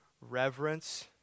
reverence